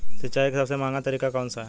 सिंचाई का सबसे महंगा तरीका कौन सा है?